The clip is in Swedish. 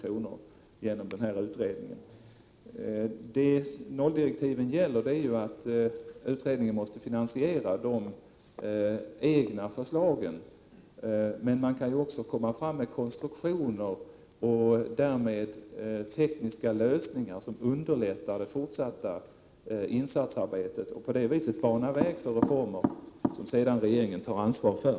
Nolldirektiv innebär att utredningen måste föreslå även finansiering av sina reformförslag. Men man kan ju åstadkomma konstruktioner och tekniska lösningar som underlättar arbetet med fortsatta insatser. På det sättet kan man bana väg för reformer, som regeringen sedan tar ansvar för.